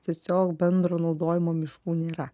tiesiog bendro naudojimo miškų nėra